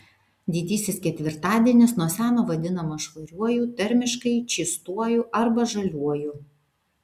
didysis ketvirtadienis nuo seno vadinamas švariuoju tarmiškai čystuoju arba žaliuoju